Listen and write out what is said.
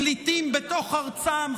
פליטים בתוך ארצם,